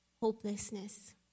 hopelessness